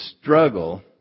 struggle